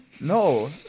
No